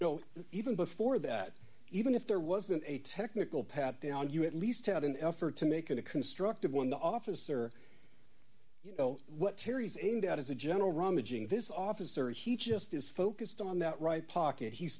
bill even before that even if there wasn't a technical pat down you at least had an effort to make it a constructive one the officer you know what terry's aimed at as a general rummaging this officer he just is focused on that right pocket he